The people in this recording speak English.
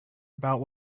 about